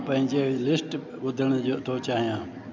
मां पंहिंजी लिस्ट ॿुधण जो थो चहियां